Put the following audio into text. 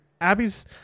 Abby's